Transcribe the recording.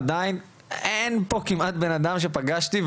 עדיין אין פה כמעט בן אדם שפגשתי,